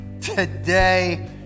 today